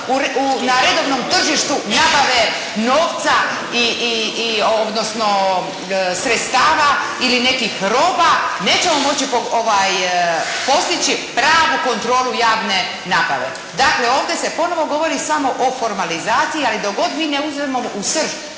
na redovnom tržištu nabave novca i odnosno sredstava ili nekih roba. Nećemo moći postići pravu kontrolu javne nabave. Dakle, ovdje se ponovo govori samo o formalizaciji, ali dok god mi ne uzmemo u srž